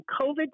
COVID